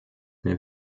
mir